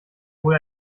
wohl